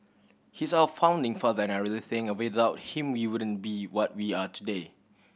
he's our founding father and I really think without him we wouldn't be what we are today